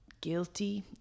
guilty